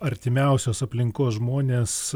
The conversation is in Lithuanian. artimiausios aplinkos žmonės